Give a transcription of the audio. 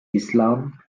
islam